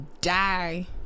die